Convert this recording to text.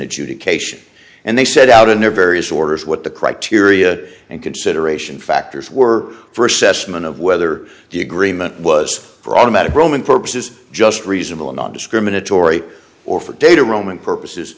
adjudication and they set out a new various orders what the criteria and consideration factors were for assessment of whether the agreement was for automatic roman purposes just reasonable nondiscriminatory or for data roaming purposes